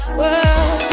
world